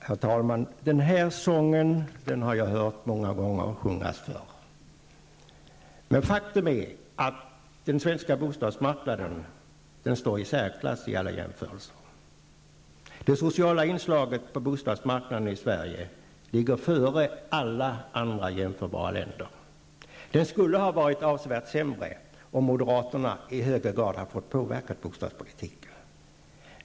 Herr talman! Den här sången har jag hört sjungas förr. Men faktum är att den svenska bostadsmarknaden står i särklass vid alla jämförelser. Det sociala inslaget på bostadsmarknaden i Sverige ligger före förhållandena i alla andra jämförbara länder. Det skulle ha varit avsevärt sämre om moderaterna i högre grad hade fått påverka bostadspolitiken.